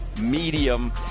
medium